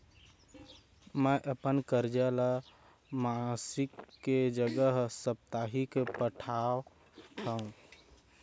मै अपन कर्जा ला मासिक के जगह साप्ताहिक पटावत हव